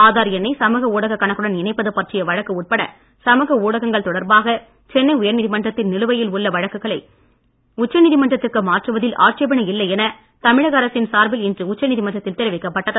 ஆதார் எண்ணை சமுக ஊடக கணக்குடன் இணைப்பது பற்றிய வழக்கு உட்பட சமுக ஊடகங்கள் தொடர்பாக சென்னை உயர்நீதிமன்றத்தில் நிலுவையில் உள்ள வழக்குகளை உச்சநீதிமன்றத்திற்கு மாற்றுவதில் ஆட்சேபனை இல்லை உச்சநீதிமன்றத்தில் இன்று என தமிழக அரசின் சார்பில் தெரிவிக்கப்பட்டது